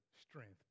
strength